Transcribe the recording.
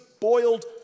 boiled